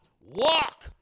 walk